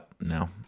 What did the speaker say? no